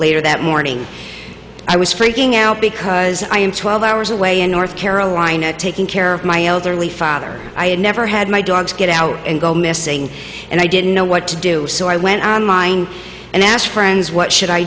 later that morning i was freaking out because i am twelve hours away in north carolina taking care of my elderly father i had never had my dogs get out and go missing and i didn't know what to do so i went online and asked friends what should i